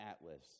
atlas